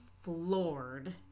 floored